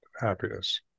happiness